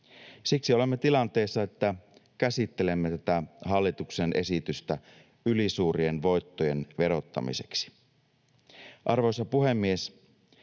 Siksi olemme tilanteessa, että käsittelemme tätä hallituksen esitystä ylisuurien voittojen verottamiseksi. Arvoisa puhemies!